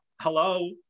hello